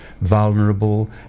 vulnerable